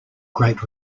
great